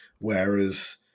whereas